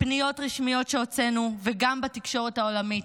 בפניות רשמיות שהוצאנו וגם בתקשורת העולמית,